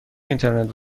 اینترنت